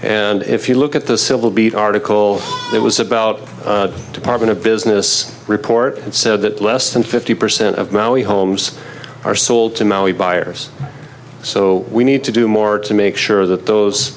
and if you look at the civil beat article there was about department of business report that said that less than fifty percent of maui homes are sold to maui buyers so we need to do more to make sure that those